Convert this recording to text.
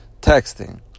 Texting